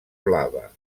blava